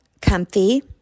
comfy